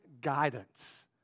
guidance